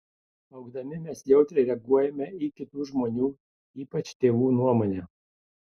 augdami mes jautriai reaguojame į kitų žmonių ypač tėvų nuomonę